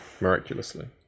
miraculously